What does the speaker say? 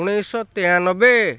ଉଣେଇଶ ତେୟାନବେ